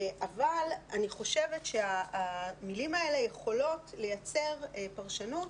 אבל אני חושבת שהמילים האלה יכולות לייצר פרשנות